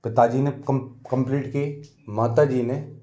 पिता जी ने कंप्लीट की माता जी ने